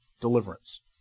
deliverance